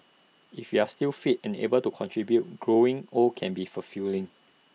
if you're still fit and able to contribute growing old can be fulfilling